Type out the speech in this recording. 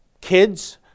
kids